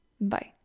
Bye